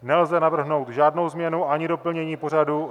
Nelze navrhnout žádnou změnu ani doplnění pořadu.